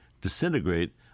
disintegrate